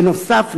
בנוסף,